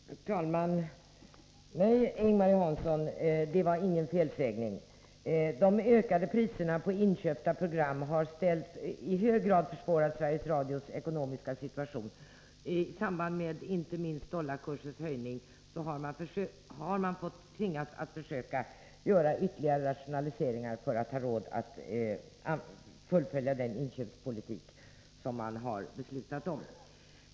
Herr talman! Nej, Ing-Marie Hansson, det var ingen felsägning. De ökade priserna på program som skall inköpas har i hög grad försvårat Sveriges Radios ekonomiska situation. Inte minst i samband med dollarkursens höjning har man tvingats att försöka göra ytterligare rationaliseringar för att ha råd att fullfölja den inköpspolitik som man beslutat om.